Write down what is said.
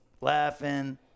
laughing